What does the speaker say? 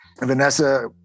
Vanessa